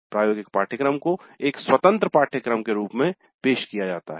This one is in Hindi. प्रायोगिक पाठ्यक्रम को एक स्वतंत्र पाठ्यक्रम के रूप में पेश किया जाता है